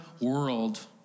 world